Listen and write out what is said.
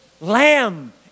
lamb